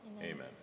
Amen